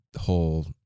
whole